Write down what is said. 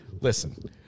Listen